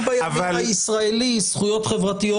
-- רק בארגון הישראלי זכויות חברתיות